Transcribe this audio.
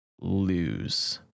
lose